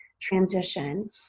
transition